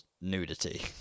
nudity